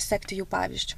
sekti jų pavyzdžiu